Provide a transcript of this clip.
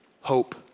hope